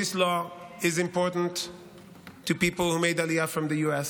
This law is important to people who made Aliyah from the US,